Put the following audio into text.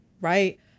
right